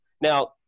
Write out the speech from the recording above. Now